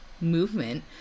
movement